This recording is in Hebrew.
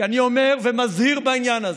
כי אני אומר ומזהיר בעניין הזה: